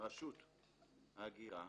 רשות ההגירה